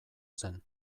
zen